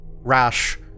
rash